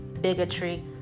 bigotry